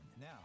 now